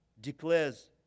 declares